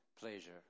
pleasure